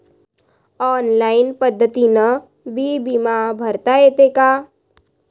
Online पद्धतीनं बी बिमा भरता येते का?